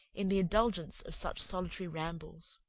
in the indulgence of such solitary rambles.